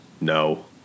No